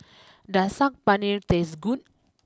does Saag Paneer taste good